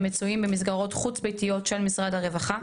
שמצויים במסגרות חוץ ביתיות של משרד הרווחה.